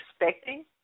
expecting